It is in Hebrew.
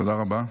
תודה רבה.